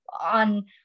on